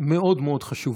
מאוד מאוד חשובה.